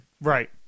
Right